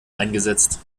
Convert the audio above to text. eingesetzt